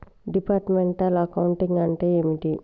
Departmental accounting అంటే ఏమిటి?